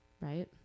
Right